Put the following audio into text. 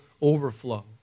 overflow